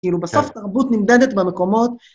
כאילו בסוף תרבות נמדדת במקומות.